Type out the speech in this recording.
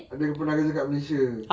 ada pernah kerja kat malaysia